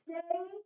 Stay